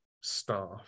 staff